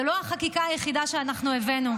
זאת לא החקיקה היחידה שאנחנו הבאנו.